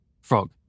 Frog